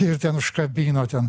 ir ten užkabino ten